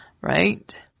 Right